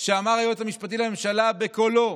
שאמר היועץ המשפטי לממשלה בקולו,